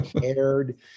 cared